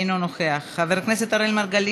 אינו נוכח, חבר הכנסת אראל מרגלית,